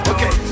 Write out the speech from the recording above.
Okay